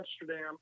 Amsterdam